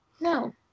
No